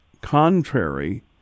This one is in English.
contrary